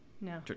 No